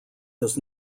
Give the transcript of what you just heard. does